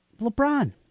LeBron